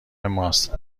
ماست